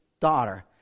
daughter